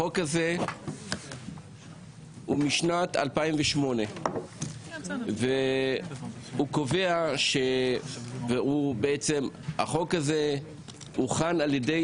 החוק הזה הוא משנת 2008. החוק הזה הוכן על ידי